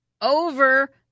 over